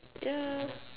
yeah